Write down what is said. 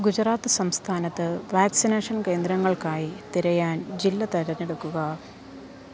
ഗുജറാത്ത് സംസ്ഥാനത്ത് വാക്സിനേഷൻ കേന്ദ്രങ്ങൾക്കായി തിരയാൻ ജില്ല തെരഞ്ഞെടുക്കുക